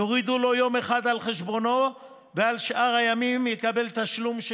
יורידו לו יום אחד על חשבונו ועל שאר הימים הוא יקבל תשלום של